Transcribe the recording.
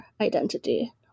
Identity